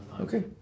Okay